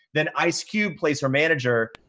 then ice cube plays her manager.